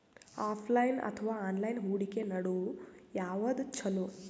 Offline ಅಥವಾ online ಹೂಡಿಕೆ ನಡು ಯವಾದ ಛೊಲೊ?